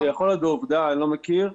יכול להיות בעובדה, אני לא מכיר.